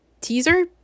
teaser